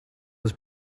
was